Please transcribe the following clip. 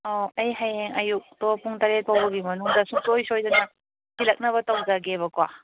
ꯑ ꯑꯩ ꯍꯌꯦꯡ ꯑꯌꯨꯛꯇꯣ ꯄꯨꯡ ꯇꯔꯦꯠ ꯐꯥꯎꯕꯒꯤ ꯃꯅꯨꯡꯗ ꯁꯨꯡꯁꯣꯏ ꯁꯣꯏꯗꯅ ꯊꯤꯜꯂꯛꯅꯕ ꯇꯧꯖꯒꯦꯕꯀꯣ